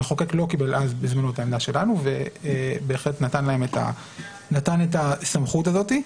המחוקק לא קיבל את העמדה שלנו ובהחלט נתן את הסמכות הזאת.